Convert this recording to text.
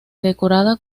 decorada